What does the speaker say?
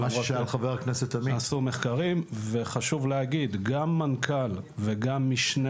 עשו מחקרים וחשוב להגיד גם מנכ"ל וגם משנה